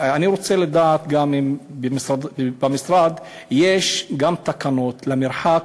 אני רוצה לדעת גם אם במשרד יש תקנות לגבי המרחק,